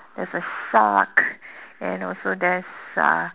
there is a shark and also there is uh